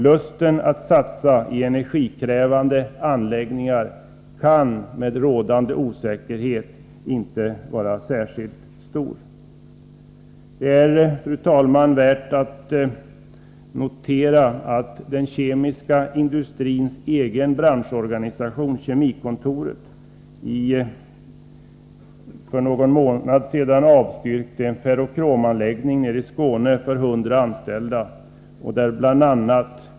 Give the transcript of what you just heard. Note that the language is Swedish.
Lusten att satsa i energikrävande anläggningar kan med rådande osäkerhet inte vara särskilt stor. Det är, fru talman, också värt att notera att den kemiska industrins egen branschorganisation, Kemikontoret, för någon månad sedan avstyrkte ett förslag om en ferrokromanläggning nere i Skåne för 100 anställda.